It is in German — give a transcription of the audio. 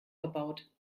verbaut